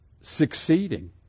succeeding